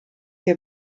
ihr